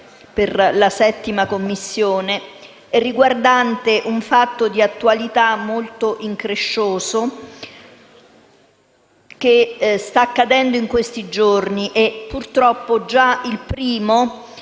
presentato in 7a Commissione, riguardante un fatto di attualità molto increscioso che sta accedendo in questi giorni e, purtroppo, già il 1°